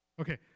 Okay